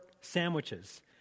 sandwiches